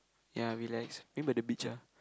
ya relax maybe by the beach ah